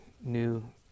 new